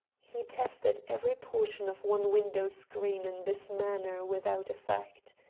he tested every portion of one window screen in this manner without effect.